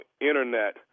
Internet